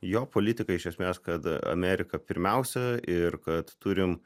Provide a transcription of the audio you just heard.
jo politika iš esmės kad amerika pirmiausia ir kad turim